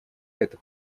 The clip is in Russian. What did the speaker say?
это